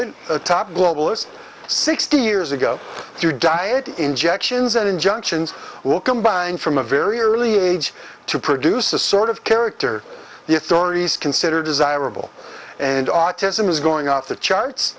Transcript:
it a top globalist sixty years ago through diet injections that injunctions will combine from a very early age to produce the sort of character the authorities consider desirable and autism is going off the charts